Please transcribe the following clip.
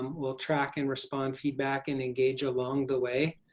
we'll track and respond feedback and engage along the way.